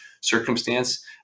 circumstance